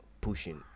pushing